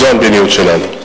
וזאת המדיניות שלנו.